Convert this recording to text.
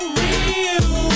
real